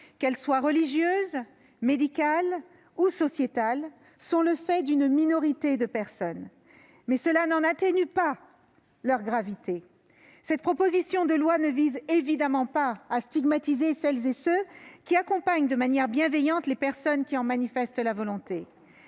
qu'elles soient religieuses, médicales ou sociétales, sont le fait d'une minorité de personnes. Mais cela n'atténue en rien leur gravité. Cette proposition de loi ne vise évidemment pas à stigmatiser celles et ceux qui accompagnent de manière bienveillante les personnes qui en manifestent la volonté.